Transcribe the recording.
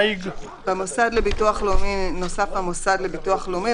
במוסד לביטוח לאומי נוסף המוסד לביטוח לאומי,